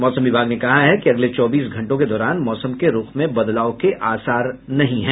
मौसम विभाग ने कहा है कि अगले चौबीस घंटों के दौरान मौसम के रूख में बदलाव के आसार नहीं हैं